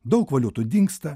daug valiutų dingsta